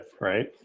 right